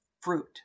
Fruit